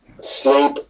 sleep